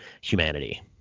humanity